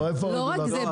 לא רק זה,